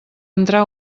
entrar